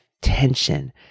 tension